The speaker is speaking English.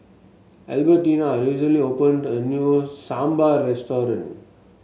Albertina recently opened a new Sambar Restaurant